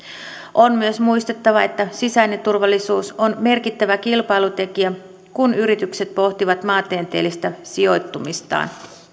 on myös muistettava että sisäinen turvallisuus on merkittävä kilpailutekijä kun yritykset pohtivat maantieteellistä sijoittumistaan